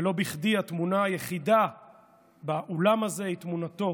ולא בכדי התמונה היחידה באולם הזה היא תמונתו